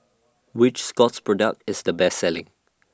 Which Scott's Product IS The Best Selling